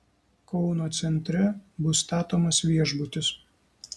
kauno centre bus statomas viešbutis